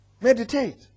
meditate